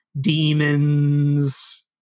demons